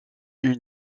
une